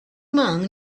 man